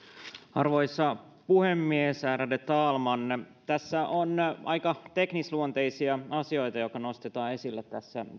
arvoisa puhemies ärade talman tässä on aika teknisluonteisia asioita joita nostetaan esille tässä